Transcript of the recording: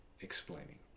explaining